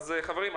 חברים,